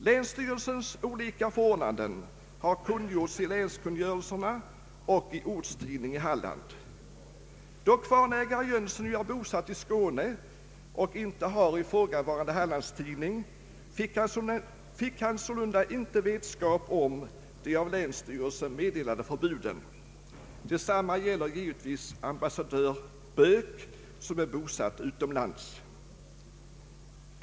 Länsstyrelsens olika förordnanden har kungjorts i länskungörelserna och i ortstidning i Halland. Då kvarnägare Jönsson är bosatt i Skåne och inte har ifrågavarande Hallandstidning, fick han sålunda inte vetskap om de av länsstyrelsen meddelade förbuden. Detsamma gäller givetvis ambassadör Böök, som är bosatt utomlands.